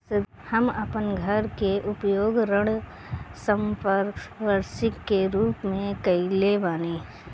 हम अपन घर के उपयोग ऋण संपार्श्विक के रूप में कईले बानी